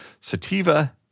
sativa